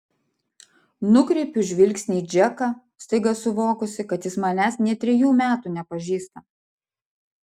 nukreipiu žvilgsnį į džeką staiga suvokusi kad jis manęs nė trejų metų nepažįsta